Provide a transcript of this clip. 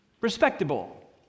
Respectable